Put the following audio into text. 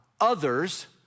others